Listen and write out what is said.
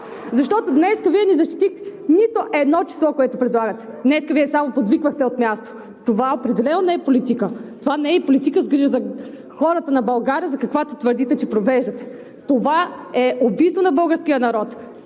Защото днес Вие не защитихте нито едно число, което предлагате, днес Вие само подвиквахте от място. Това определено не е политика. Това не е и политика с грижа за хората на България, каквато твърдите, че провеждате. Това е убийство на българския народ.